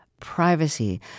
privacy